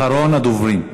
אחרון הדוברים.